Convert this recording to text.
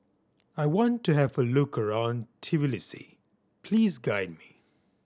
I want to have a look around Tbilisi please guide me